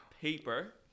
paper